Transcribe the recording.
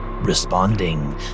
Responding